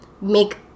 make